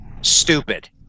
Stupid